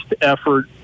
effort